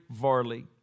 Varley